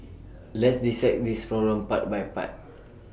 let's dissect this problem part by part